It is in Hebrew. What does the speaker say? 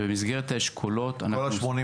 ובמסגרת האשכולות האלה --- כל ה-80